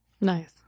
Nice